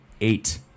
eight